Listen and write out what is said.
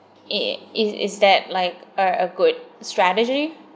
it is is that like a a good strategy